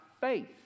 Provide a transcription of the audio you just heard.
faith